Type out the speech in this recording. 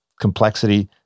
complexity